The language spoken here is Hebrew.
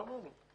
לא אמור.